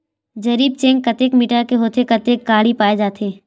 जरीब चेन कतेक मीटर के होथे व कतेक कडी पाए जाथे?